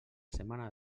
setmana